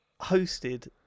hosted